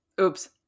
Oops